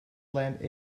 land